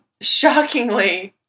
shockingly